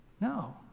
no